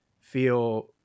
feel